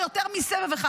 ליותר מסבב אחד.